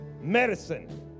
medicine